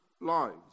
lives